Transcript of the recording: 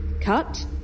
Cut